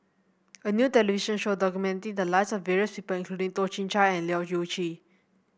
a new television show documented the lives of various people including Toh Chin Chye and Leu Yew Chye